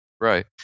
Right